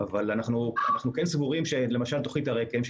אבל אנחנו כן סבורים שתוכנית הרק"ם,